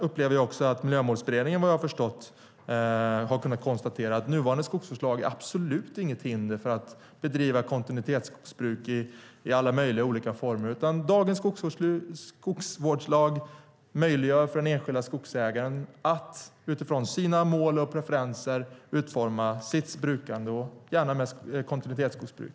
Även Miljömålsberedningen har, som jag förstått det, kunnat konstatera att nuvarande skogsvårdslag absolut inte är något hinder för att bedriva kontinuitetsskogsbruk i alla möjliga former. Dagens skogsvårdslag möjliggör för den enskilda skogsägaren att utifrån sina mål och preferenser utforma brukandet, gärna i form av kontinuitetsskogsbruk.